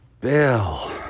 Bill